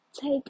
take